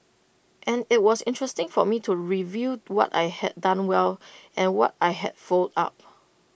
and IT was interesting for me to review what I had done well and what I had fouled up